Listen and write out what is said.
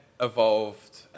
evolved